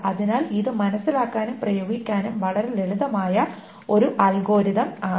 അതിനാൽ ഇത് മനസ്സിലാക്കാനും പ്രയോഗിക്കാനും വളരെ ലളിതമായ ഒരു അൽഗോരിതം ആണ്